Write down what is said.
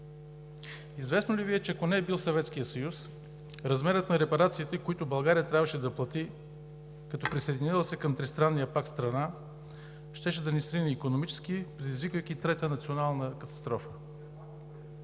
Известно ли Ви е, че, ако не е бил Съветският съюз, размерът на репарациите, които България трябваше да плати като присъединила се към Тристранния пакт страна, щеше да ни срине икономически, предизвиквайки трета национална катастрофа?